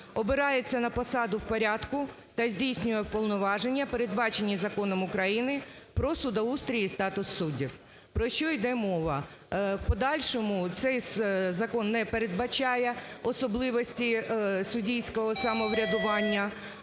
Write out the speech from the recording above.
обирається на посаду в порядку та здійснює повноваження, передбачені Законом України "Про судоустрій і статус суддів". Про що йде мова? В подальшому цей закон не передбачає особливості суддівського самоврядування,